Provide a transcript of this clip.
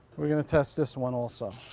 we're gonna test this one also.